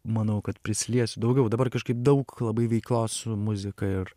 manau kad prisiliesiu daugiau dabar kažkaip daug labai veiklos su muzika ir